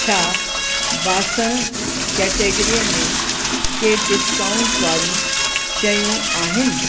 छा बासण कैटेगरीअ में कंहिं डिस्काउंट वारियूं शयूं आहिनि